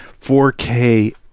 4K